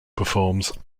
performs